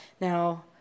Now